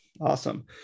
awesome